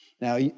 Now